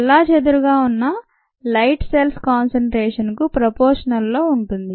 చెల్లాచెదురుగా ఉన్న light cells concentration కు ప్రపోషనల్ లో ఉంటుంది